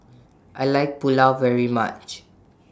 I like Pulao very much